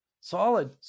solid